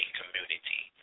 community